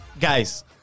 guys